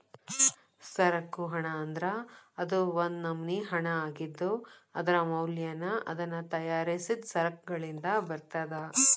ಸರಕು ಹಣ ಅಂದ್ರ ಅದು ಒಂದ್ ನಮ್ನಿ ಹಣಾಅಗಿದ್ದು, ಅದರ ಮೌಲ್ಯನ ಅದನ್ನ ತಯಾರಿಸಿದ್ ಸರಕಗಳಿಂದ ಬರ್ತದ